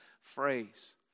phrase